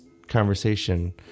Conversation